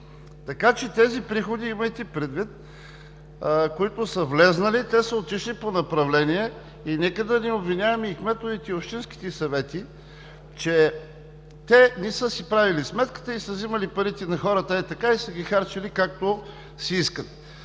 че приходите, които са влезли, са отишли по направление и нека да не обвиняваме и кметовете, и общинските съвети, че не са си правили сметката и са вземали парите на хората ей така и са ги харчили, както си искат.